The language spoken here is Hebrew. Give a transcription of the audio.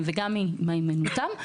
וגם מהימנעותם.